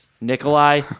Nikolai